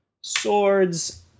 swords